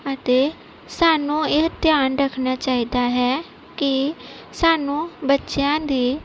ਅਤੇ ਸਾਨੂੰ ਇਹ ਧਿਆਨ ਰੱਖਣਾ ਚਾਹੀਦਾ ਹੈ ਕਿ ਸਾਨੂੰ ਬੱਚਿਆਂ ਦੇ